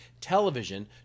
television